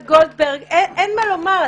אין מה לומר,